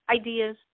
Ideas